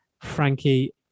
Frankie